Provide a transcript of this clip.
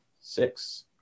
six